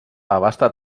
abasta